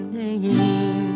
name